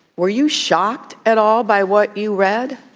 were you shocked at all by what you read